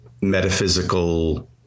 metaphysical